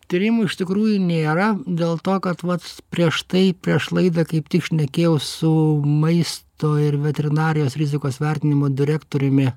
tyrimų iš tikrųjų nėra dėl to kad vat prieš tai prieš laidą kaip tik šnekėjau su maisto ir veterinarijos rizikos vertinimo direktoriumi